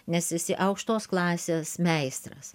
nes esi aukštos klasės meistras